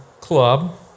club